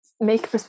make